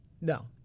no